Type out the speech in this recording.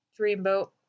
Dreamboat